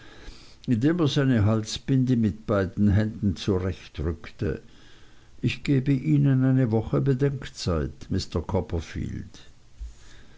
indem er seine halsbinde mit beiden händen zurechtrückte ich gebe ihnen eine woche bedenkzeit mr copperfield